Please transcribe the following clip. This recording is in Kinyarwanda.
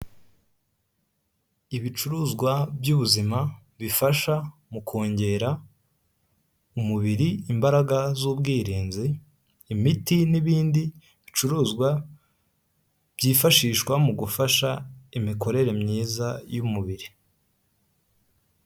Ibicuruzwa by'ubuzima bifasha mu kongera umubiri imbaraga z'ubwirinzi, imiti n'ibindi bicuruzwa byifashishwa mu gufasha imikorere myiza y'umubiri.